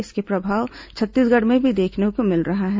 इसका प्रभाव छत्तीसगढ़ में भी देखने को मिल रहा है